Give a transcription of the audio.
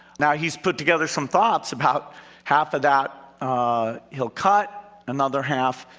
now he's put together some thoughts about half of that he'll cut, another half,